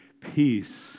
Peace